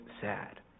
sad